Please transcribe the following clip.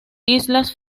islas